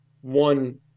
one